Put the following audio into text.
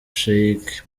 sheikh